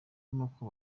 n’uko